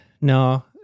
no